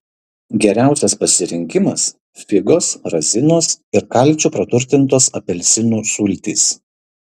geriausias pasirinkimas figos razinos ir kalciu praturtintos apelsinų sultys